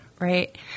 right